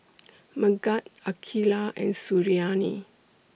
Megat Aqilah and Suriani